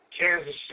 Kansas